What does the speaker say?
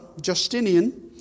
Justinian